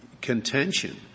contention